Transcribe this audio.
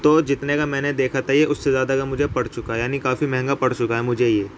تو جتنے کا میں نے دیکھا تھا یہ اس سے زیادہ کا مجھے پڑ چکا ہے یعنی کافی مہنگا پڑ چکا ہے مجھے یہ